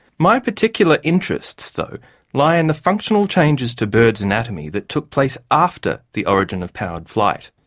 my particular interests though lie in the functional changes to birds' anatomy that took place after the origin of powered flight,